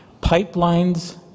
Pipelines